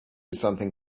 something